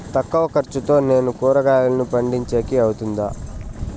తక్కువ ఖర్చుతో నేను కూరగాయలను పండించేకి అవుతుందా?